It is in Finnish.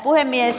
puhemies